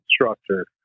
instructor